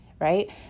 right